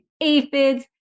aphids